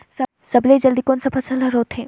सबले जल्दी कोन सा फसल ह होथे?